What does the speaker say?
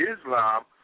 Islam